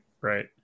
Right